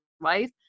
life